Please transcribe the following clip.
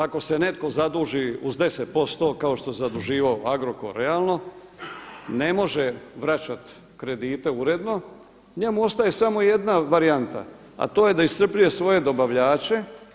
Ako se netko zaduži uz 10% kao što se zaduživao Agrokor, realno ne može vraćati kredite uredno, njemu ostaje samo jedna varijanta, a to je da iscrpljuje svoje dobavljače.